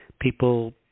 people